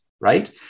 right